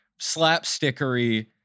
slapstickery